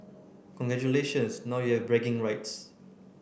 congratulations now you have bragging rights